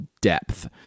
depth